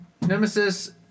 Nemesis